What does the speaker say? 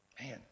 Man